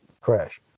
crash